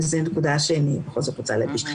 וזו נקודה שאני כן רוצה להדגיש.